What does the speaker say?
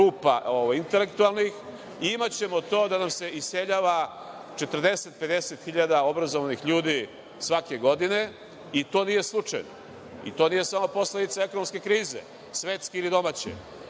rupa intelektualnih, imaćemo to da nam se iseljava 40, 50 hiljada obrazovanih ljudi svake godine. To nije slučajno i to nije samo posledica ekonomske krize, svetske ili domaće,